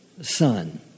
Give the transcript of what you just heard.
son